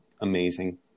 amazing